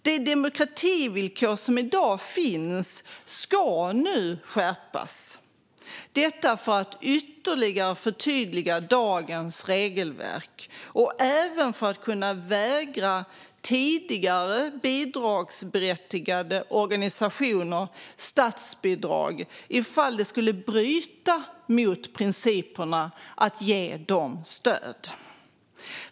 Det demokrativillkor som i dag finns ska nu skärpas, detta för att ytterligare förtydliga dagens regelverk och även för att kunna vägra tidigare bidragsberättigade organisationer statsbidrag ifall det skulle bryta mot principerna att ge dem stöd.